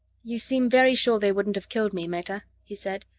you seem very sure they wouldn't have killed me, meta, he said,